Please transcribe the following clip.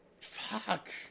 Fuck